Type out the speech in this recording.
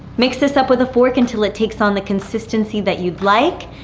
mix this up with a fork until it takes on the consistency that you'd like,